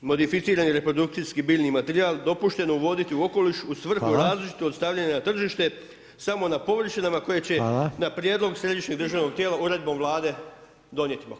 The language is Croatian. modificirani i reprodukcijski biljni materijal dopušteno uvoditi u okoliš u svrhu različito stavljanje na tržište, samo na površinama koje će na prijedlog središnjeg državnog tijela, uredbom Vlade donijeti to.